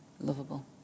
lovable